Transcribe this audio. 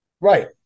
Right